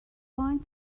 fine